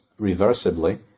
reversibly